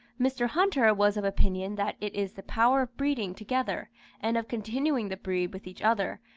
mr. hunter was of opinion that it is the power of breeding together and of continuing the breed with each other